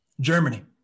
Germany